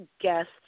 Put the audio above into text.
guests